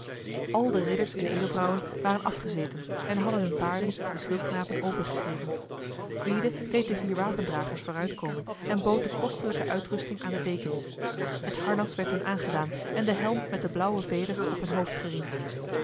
al de ridders en edelvrouwen waren afgezeten en hadden hun paarden de schildknapen overgegeven gwyde deed de vier wapendragers vooruit komen en bood de kostelijke uitrusting aan de dekens het harnas werd hun aangedaan en de helm met de blauwe veder op hun hoofd geriemd